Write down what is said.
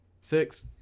Six